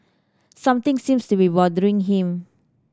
something seems to be bothering him